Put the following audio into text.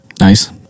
Nice